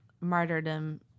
martyrdom